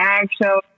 actual